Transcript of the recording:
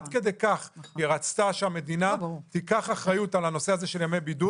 עד כדי כך היא רצתה שהמדינה תיקח אחריות על הנושא הזה של ימי הבידוד.